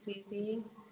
जी जी